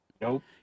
Nope